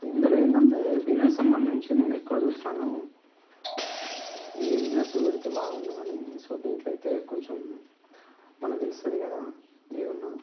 ఇందులో ఏందంటే బిజినెస్ సంబంధించి నేను ఎక్కువ చూస్తాను ఏ బిజినెస్ పెడితే బాగుంటదని సో దీంట్లో అయితే కొంచెం మనకి తెలుస్తుంది కదా ఏదున్నా